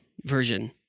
version